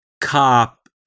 cop